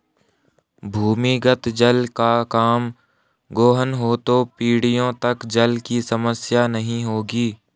भूमिगत जल का कम गोहन हो तो पीढ़ियों तक जल की समस्या नहीं होगी